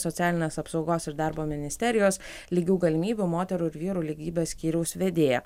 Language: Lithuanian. socialinės apsaugos ir darbo ministerijos lygių galimybių moterų ir vyrų lygybės skyriaus vedėją